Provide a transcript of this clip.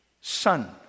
Son